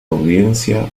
audiencia